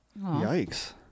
Yikes